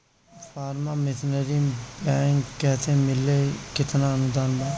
Form machinery बैक कैसे मिली कितना अनुदान बा?